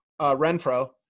Renfro